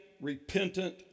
repentant